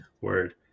Word